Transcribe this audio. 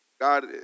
God